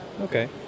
Okay